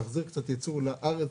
להחזיר קצת ייצור לארץ,